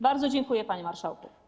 Bardzo dziękuję, panie marszałku.